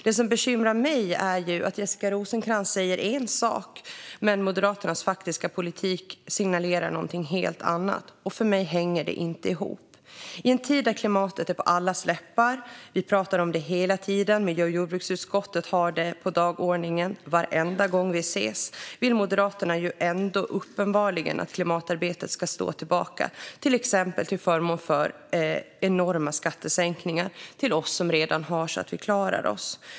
Det som bekymrar mig är att Jessica Rosencrantz säger en sak, men Moderaternas faktiska politik signalerar någonting helt annat. För mig hänger det inte ihop. I en tid då klimatet är på allas läppar - vi talar om det hela tiden, och miljö och jordbruksutskottet har det på dagordningen varenda gång vi ses - vill Moderaterna ändå uppenbarligen att klimatarbetet ska stå tillbaka, till exempel till förmån för enorma skattesänkningar för oss som redan har så att vi klarar oss.